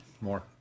More